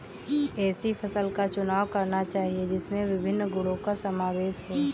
ऐसी फसल का चुनाव करना चाहिए जिसमें विभिन्न गुणों का समावेश हो